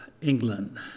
England